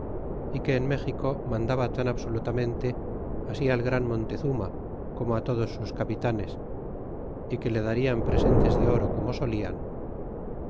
y que en méxico mandaba tan a bsolutamente así al gran montezuma como todos sus capitanes é que le darian presentes de oro como solian